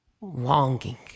longing